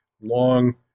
long